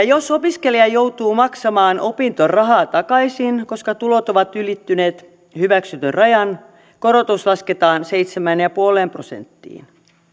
jos opiskelija joutuu maksamaan opintorahaa takaisin koska tulot ovat ylittyneet hyväksytyn rajan korotus lasketaan seitsemään pilkku viiteen prosenttiin